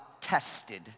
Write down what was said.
tested